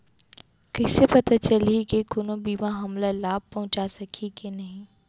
कइसे पता चलही के कोनो बीमा हमला लाभ पहूँचा सकही के नही